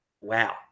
wow